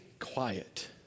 Quiet